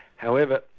however,